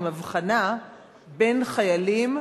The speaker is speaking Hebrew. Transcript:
בהבחנה בין חיילים,